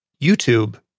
YouTube